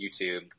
YouTube